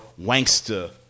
Wankster